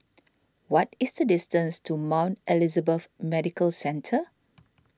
what is the distance to Mount Elizabeth Medical Centre